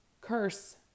Curse